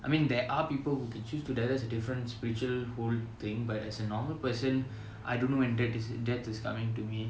I mean there are people who can choose to die that's a different spiritual whole thing but as a normal person I don't know when that is that's coming to me